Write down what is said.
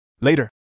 Later